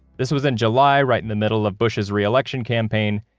this was in july, right in the middle of bush's reelection campaign.